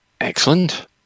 Excellent